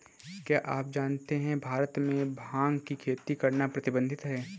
क्या आप जानते है भारत में भांग की खेती करना प्रतिबंधित है?